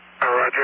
Roger